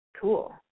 cool